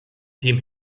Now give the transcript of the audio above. team